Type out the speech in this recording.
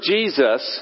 Jesus